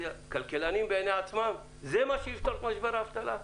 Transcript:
כלכלנים בעיני עצמם זה מה שיפתור את משבר האבטלה?!